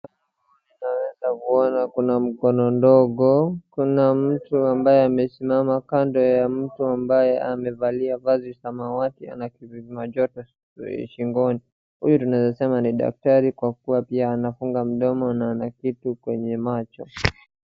Naweza kuona kuna mkono ndogo, kuna mtu ambaye amesimama kando ya mtu ambaye amevalia vazi samawati na kupima joto shingoni. Huyu tunaweza sema ni daktari kwa kuwa anafunga mdomo na ana kitu kwenye macho.